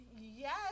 Yes